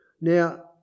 Now